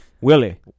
Willie